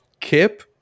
Kip